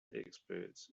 experts